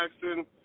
Jackson